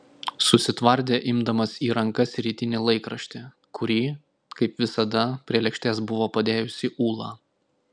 susitvardė imdamas į rankas rytinį laikraštį kurį kaip visada prie lėkštės buvo padėjusi ūla